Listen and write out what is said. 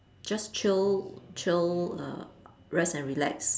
just chill chill err rest and relax